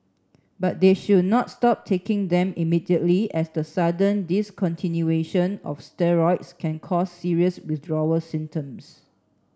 but they should not stop taking them immediately as the sudden discontinuation of steroids can cause serious withdrawal symptoms